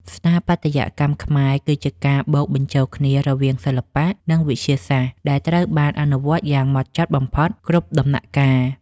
ស្ថាបត្យកម្មខ្មែរគឺជាការបូកបញ្ចូលគ្នារវាងសិល្បៈ និង វិទ្យាសាស្ត្រដែលត្រូវបានអនុវត្តយ៉ាងហ្មត់ចត់បំផុតគ្រប់ដំណាក់កាល។